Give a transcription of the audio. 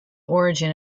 origin